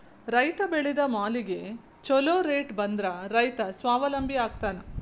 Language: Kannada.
ರೈತ ಬೆಳೆದ ಮಾಲಿಗೆ ಛೊಲೊ ರೇಟ್ ಬಂದ್ರ ರೈತ ಸ್ವಾವಲಂಬಿ ಆಗ್ತಾನ